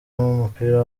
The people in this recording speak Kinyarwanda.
w’umupira